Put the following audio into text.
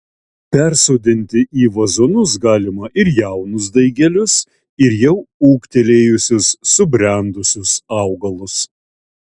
persodinti į vazonus galima ir jaunus daigelius ir jau ūgtelėjusius subrendusius augalus